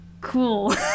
Cool